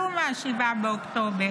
כלום, מ-7 באוקטובר.